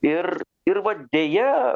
ir ir vat deja